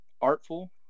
Artful